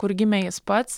kur gimė jis pats